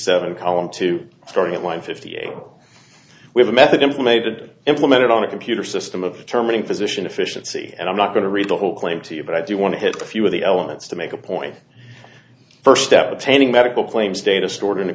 seven column two starting at one fifty eight we have a method implemented implemented on a computer system of terming physician efficiency and i'm not going to read the whole claim to you but i do want to hit a few of the elements to make a point first step obtaining medical claims data stored in